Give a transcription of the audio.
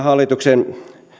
hallituksen